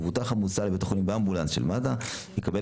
מבוטח המוסע לבית חולים באמבולנס של מד"א יקבל